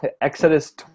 Exodus